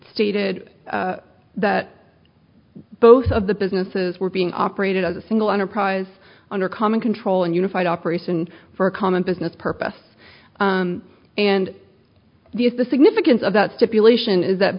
d that both of the businesses were being operated as a single enterprise under common control and unified operation for a common business purpose and the is the significance of that stipulation is that